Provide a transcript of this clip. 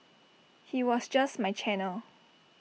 he was just my channel